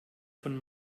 von